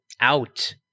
out